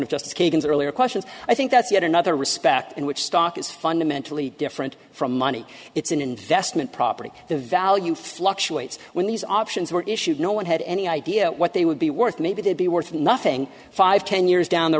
kagan's earlier questions i think that's yet another respect in which stock is fundamentally different from money it's an investment property the value fluctuates when these options were issued no one had any idea what they would be worth maybe they'd be worth nothing five ten years down the